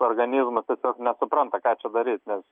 organizmas tiesiog nesupranta ką čia daryt nes